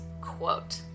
quote